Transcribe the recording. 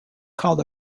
called